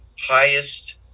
highest